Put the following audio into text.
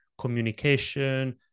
communication